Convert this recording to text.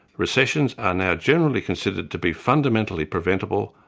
recessions are now generally considered to be fundamentally preventable,